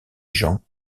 gens